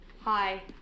hi